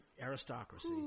aristocracy